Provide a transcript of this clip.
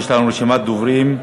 יש לנו רשימת דוברים.